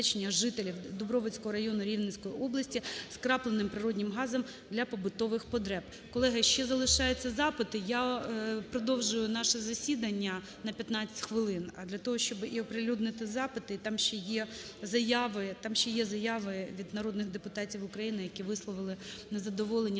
жителів Дубровицького району Рівненської області скрапленим природним газом для побутових потреб. Колеги, ще залишаються запити, я продовжую наше засідання на 15 хвилин для того, щоб і оприлюднити запити, і там ще є заяви… там ще є заяви від народних депутатів, які висловили незадоволення